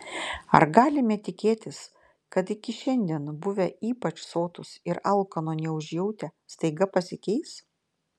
ar galime tikėtis kad iki šiandien buvę ypač sotūs ir alkano neužjautę staiga pasikeis